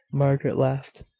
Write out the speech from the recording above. margaret laughed.